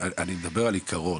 אני מדבר על עיקרון.